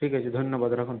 ঠিক আছে ধন্যবাদ রাখুন